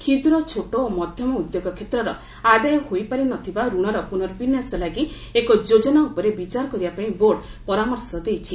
କ୍ଷୁଦ୍ର ଛୋଟ ଓ ମଧ୍ୟମ ଉଦ୍ୟୋଗ କ୍ଷେତ୍ରର ଆଦାୟ ହୋଇପାରି ନ ଥିବା ଋଣର ପୁନର୍ବିନ୍ୟାସ ଲାଗି ଏକ ଯୋଜନା ଉପରେ ବିଚାର କରିବାପାଇଁ ବୋର୍ଡ଼ ପରାମର୍ଶ ଦେଇଛି